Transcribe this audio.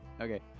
Okay